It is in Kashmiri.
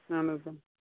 اَہَن حظ آ